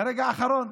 לרגע האחרון.